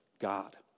God